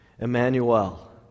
Emmanuel